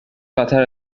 قطر